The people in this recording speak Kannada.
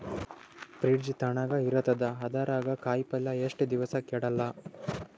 ಫ್ರಿಡ್ಜ್ ತಣಗ ಇರತದ, ಅದರಾಗ ಕಾಯಿಪಲ್ಯ ಎಷ್ಟ ದಿವ್ಸ ಕೆಡಲ್ಲ?